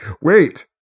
Wait